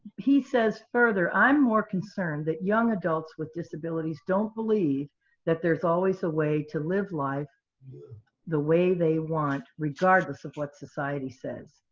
he says further, i'm more concerned that young adults with disabilities don't believe that there's always a way to live life the way they want regardless of what society says.